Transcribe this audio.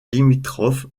limitrophe